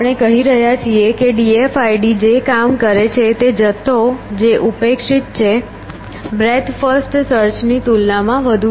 આપણે કહી રહ્યા છીએ કે d f i d જે કામ કરે છે તે જથ્થો જે ઉપેક્ષિત છે બ્રેડ્થ ફર્સ્ટ સર્ચ ની તુલનામાંવધુ